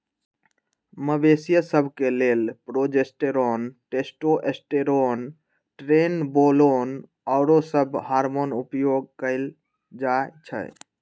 मवेशिय सभ के लेल प्रोजेस्टेरोन, टेस्टोस्टेरोन, ट्रेनबोलोन आउरो सभ हार्मोन उपयोग कयल जाइ छइ